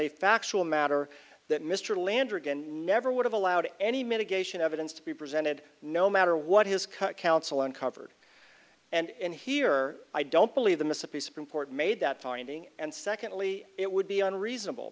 a factual matter that mr landrigan never would have allowed any mitigation evidence to be presented no matter what his cut counsel uncovered and here i don't believe the mississippi supreme court made that finding and secondly it would be unreasonable